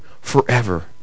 forever